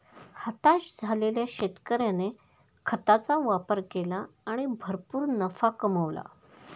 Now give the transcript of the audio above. हताश झालेल्या शेतकऱ्याने खताचा वापर केला आणि भरपूर नफा कमावला